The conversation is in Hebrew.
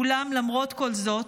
אולם למרות כל זאת,